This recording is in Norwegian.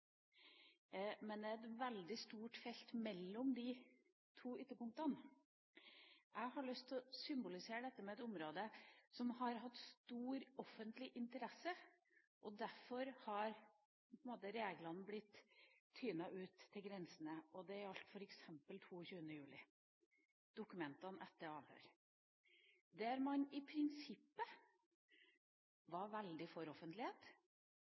Men det er et veldig stort felt mellom disse to ytterpunktene. Jeg har lyst til å symbolisere dette med et område som har hatt stor offentlig interesse, og derfor har reglene blitt tynt ut til grensene. Det gjaldt f.eks. dokumentene etter avhørene etter 22. juli, der man i prinsippet var veldig for offentlighet,